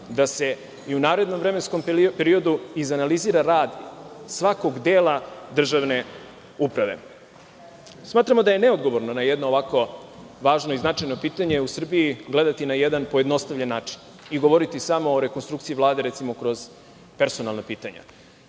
da se i u narednom vremenskom periodu izanalizira rad svakog dela državne uprave. Smatramo da je neodgovorno da na jedno ovako važno i značajno pitanje u Srbiji gledati na jedan pojednostavljen način i govoriti samo o rekonstrukciji Vlade recimo kroz personalna pitanja.